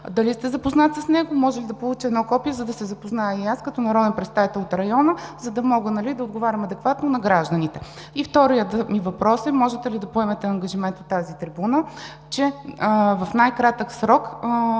дали сте запознат с него, може ли да получа едно копие, за да се запозная и аз като народен представител от района, за да мога да отговарям адекватно на гражданите? И вторият ми въпрос е: можете ли да поемете ангажимент от тази трибуна, че в най-кратък срок